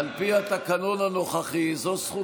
לדבר